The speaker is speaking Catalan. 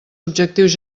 objectius